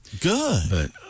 Good